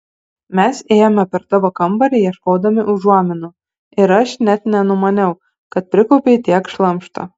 mes ėjome per tavo kambarį ieškodami užuominų ir aš net nenumaniau kad prikaupei tiek šlamšto